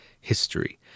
history